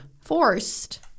Forced